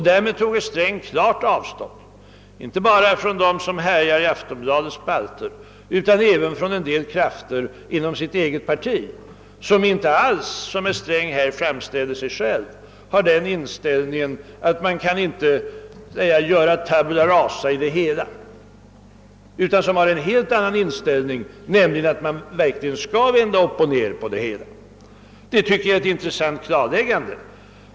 Därmed tog herr Sträng klart avstånd inte bara från dem som härjar i Aftonbladets spalter, utan även från en del krafter i hans eget parti, som i motsats till herr Sträng vill göra tabula rasa och vända upp och ner på allting. Det tycker jag är ett intréssant klarläggande.